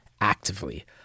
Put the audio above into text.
actively